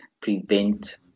Prevent